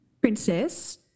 Princess